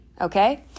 okay